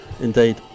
Indeed